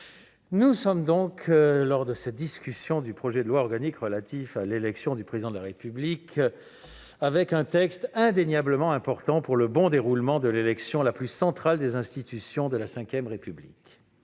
nous entamons donc l'examen de ce projet de loi organique relatif à l'élection du Président de la République, texte indéniablement important pour le bon déroulement de l'élection la plus centrale des institutions de la V République,